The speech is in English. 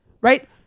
right